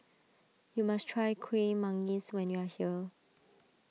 you must try Kuih Manggis when you are here